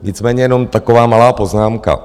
Nicméně jenom taková malá poznámka.